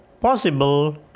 possible